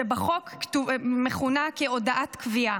שבחוק מכונה "הודעת קביעה".